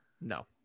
No